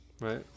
right